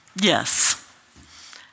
Yes